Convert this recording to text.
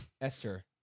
Esther